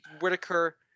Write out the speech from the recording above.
Whitaker